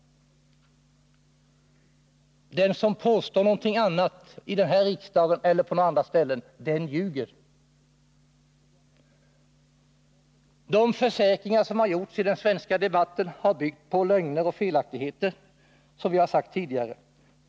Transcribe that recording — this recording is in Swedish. Den som i den här riksdagen eller annorstädes påstår något annat, den ljuger. De försäkringar som framförts i den svenska debatten har byggt på lögner och felaktigheter, som jagsagt tidigare.